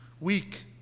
weak